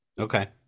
Okay